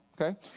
okay